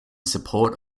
support